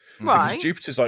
Right